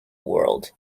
world